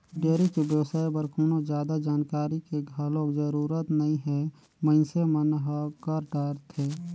dairy के बेवसाय बर कोनो जादा जानकारी के घलोक जरूरत नइ हे मइनसे मन ह कर डरथे